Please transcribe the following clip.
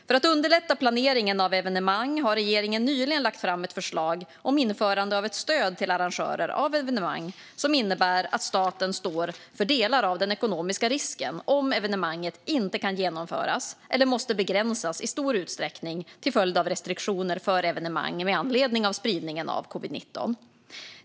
För att underlätta planeringen av evenemang har regeringen nyligen lagt fram ett förslag om införande av ett stöd till arrangörer av evenemang som innebär att staten står för delar av den ekonomiska risken om evenemanget inte kan genomföras eller måste begränsas i stor utsträckning till följd av restriktioner för evenemang med anledning av spridningen av covid-19.